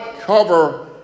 cover